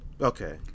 Okay